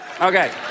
Okay